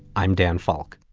i'm dan falk.